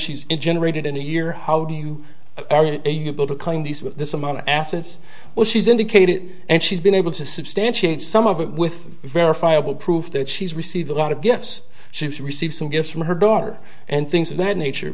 she's generated in a year how do you claim these with this amount of assets well she's indicated and she's been able to substantiate some of it with verifiable proof that she's received a lot of gifts she has received some gifts from her daughter and things of that nature